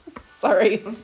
Sorry